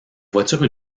voitures